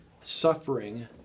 suffering